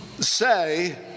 say